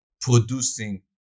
producing